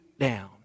down